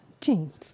Jeans